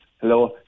Hello